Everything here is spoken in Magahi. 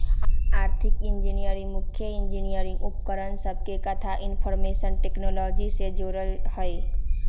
आर्थिक इंजीनियरिंग मुख्य इंजीनियरिंग उपकरण सभके कथा इनफार्मेशन टेक्नोलॉजी से जोड़ल हइ